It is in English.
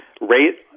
Rate